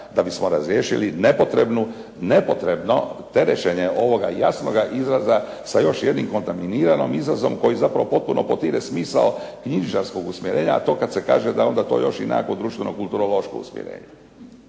da bismo razriješili nepotrebno terećenje ovoga jasnoga izraza sa još jednim kontaminiranim izrazom koji zapravo potpuno potire smisao knjižničarskog usmjerenja, a to kad se kaže da je onda to još i nekakvo društveno kulturološko usmjerenje.